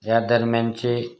या दरम्यानचे